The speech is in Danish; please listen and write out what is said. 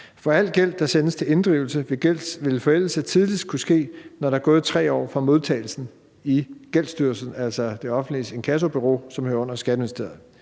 For al gæld, der sendes til inddrivelse, vil forældelse tidligst kunne ske, når der er gået 3 år fra modtagelsen i Gældsstyrelsen, altså det offentliges inkassobureau, som hører under Skatteministeriet.